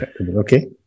Okay